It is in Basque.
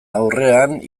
aurrean